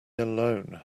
alone